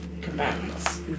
combatants